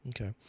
Okay